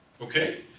okay